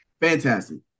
fantastic